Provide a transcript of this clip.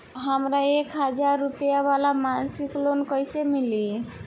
हमरा एक हज़ार रुपया वाला मासिक लोन कईसे मिली?